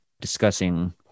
discussing